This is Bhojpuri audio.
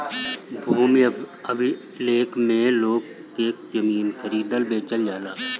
भूमि अभिलेख में लोग के जमीन के खरीदल बेचल जाला